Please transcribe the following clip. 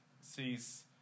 sees